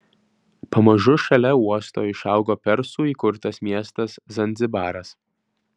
pamažu šalia uosto išaugo persų įkurtas miestas zanzibaras